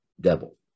devil